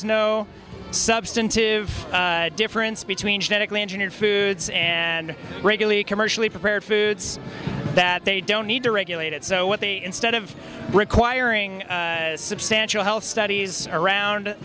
is no substantive difference between genetically engineered foods and regularly commercially prepared foods that they don't need to regulate it so what the instead of requiring a substantial health studies around